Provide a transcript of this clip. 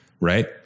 right